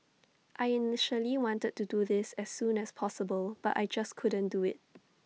I initially wanted to do this as soon as possible but I just couldn't do IT